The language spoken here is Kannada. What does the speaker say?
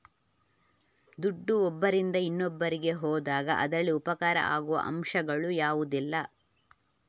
ದುಡ್ಡು ಒಬ್ಬರಿಂದ ಇನ್ನೊಬ್ಬರಿಗೆ ಹೋದಾಗ ಅದರಲ್ಲಿ ಉಪಕಾರ ಆಗುವ ಅಂಶಗಳು ಯಾವುದೆಲ್ಲ?